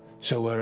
so